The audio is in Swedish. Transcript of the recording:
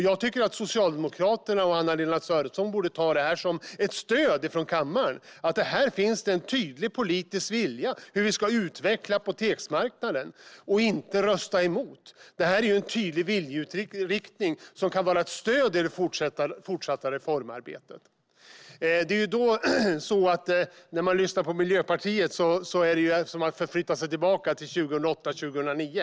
Jag tycker att Socialdemokraterna och Anna-Lena Sörenson borde ta detta som ett stöd från kammaren, alltså att det här finns en tydlig politisk vilja att utveckla apoteksmarknaden, och inte rösta emot. Detta är en tydlig viljeinriktning som kan vara ett stöd i det fortsatta reformarbetet. När man lyssnar på Miljöpartiet är det som att förflytta sig tillbaka till 2008-2009.